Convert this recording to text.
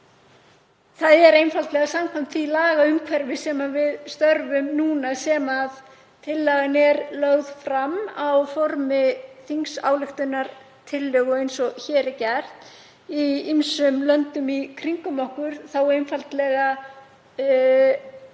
Það er einfaldlega samkvæmt því lagaumhverfi sem við störfum núna sem tillagan er lögð fram í formi þingsályktunartillögu eins og hér er gert. Í ýmsum löndum í kringum okkur gerir